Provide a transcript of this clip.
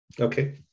okay